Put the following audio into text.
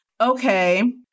okay